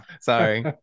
sorry